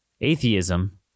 atheism